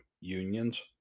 Unions